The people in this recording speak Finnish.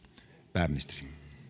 pääministeri